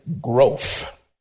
growth